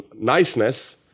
niceness